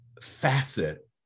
facet